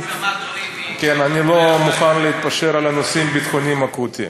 אני לא מוכן להתפשר על נושאים ביטחוניים אקוטיים.